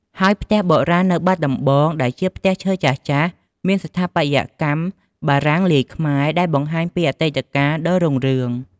ហើយផ្ទះបុរាណនៅបាត់ដំបង ដែលជាផ្ទះឈើចាស់ៗមានស្ថាបត្យកម្មបារាំងលាយខ្មែរ ដែលបង្ហាញពីអតីតកាលដ៏រុងរឿង។